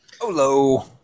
Hello